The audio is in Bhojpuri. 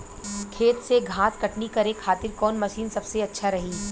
खेत से घास कटनी करे खातिर कौन मशीन सबसे अच्छा रही?